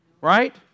Right